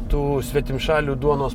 tų svetimšalių duonos